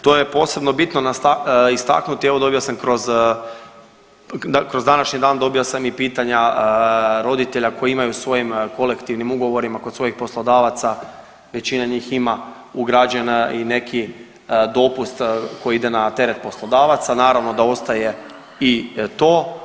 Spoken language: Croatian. To je posebno bitno istaknuti evo dobio sam kroz, kroz današnji dobio sam i pitanja roditelja koji imaju u svojim kolektivnim ugovorima kod svojih poslodavaca većina njih ima ugrađen i neki dopust koji ide na teret poslodavaca, naravno da ostaje i to.